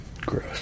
Gross